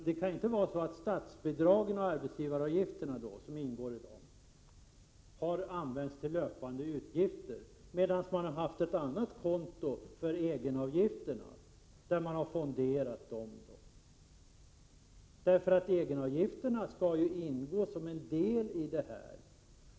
Det kan ju inte vara så att statsbidragen och arbetsgivaravgifterna som ingår har använts till löpande utgifter, medan man har haft ett annat konto för egenavgifterna, som sedan har fonderats. Egenavgifterna skall ju ingå som en del i detta.